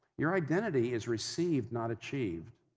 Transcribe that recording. your identity is received, not achieved.